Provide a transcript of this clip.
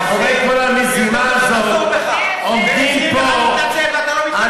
מאחורי כל המזימה הזאת עומדים פה אנשים,